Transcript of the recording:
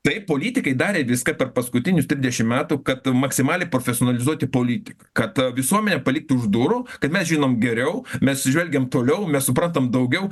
taip politikai darė viską per paskutinius trisdešimt metų kad maksimaliai profesionalizuoti politiką kad visuomenę palikt už durų kad mes žinom geriau mes žvelgiam toliau mes suprantam daugiau